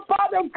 Father